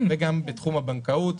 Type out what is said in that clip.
וגם בתחום הבנקאות.